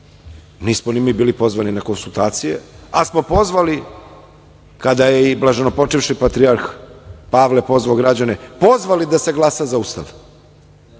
Nismo ni mi bili pozvani na konsultacije, ali smo pozvali kada je i blaženopočivši patrijarh Pavle pozvao građane, pozvali da se glasa za Ustav,